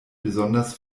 besonders